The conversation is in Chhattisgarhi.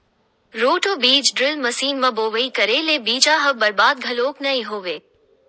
रोटो बीज ड्रिल मसीन म बोवई करे ले बीजा ह बरबाद घलोक नइ होवय